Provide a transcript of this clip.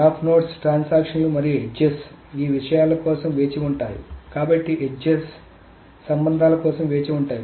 graph nodes ట్రాన్సాక్షన్ లు మరియు ఎడ్జెస్ ఈ విషయాల కోసం వేచి ఉంటాయి కాబట్టి ఎడ్జెస్ సంబంధాల కోసం వేచి ఉంటాయి